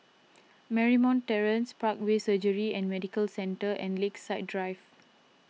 Marymount Terrace Parkway Surgery and Medical Centre and Lakeside Drive